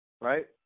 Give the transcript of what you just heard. right